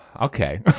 okay